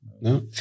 No